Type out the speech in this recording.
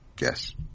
Yes